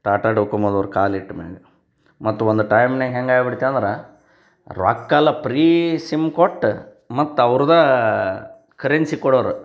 ಟಾಟಾ ಡೊಕೊಮೊದವ್ರು ಕಾಲಿಟ್ಮೇಲೆ ಮತ್ತು ಒಂದು ಟೈಮ್ನ್ಯಾಗ ಹೆಂಗಾಗಿ ಬಿಡ್ತಿವಂದ್ರೆ ರೊಕ್ಕ ಎಲ್ಲ ಪ್ರೀ ಸಿಮ್ ಕೊಟ್ಟು ಮತ್ತು ಅವ್ರ್ದೇ ಕರೆನ್ಸಿ ಕೊಡೋರು